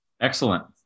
excellent